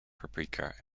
paprika